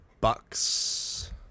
Bucks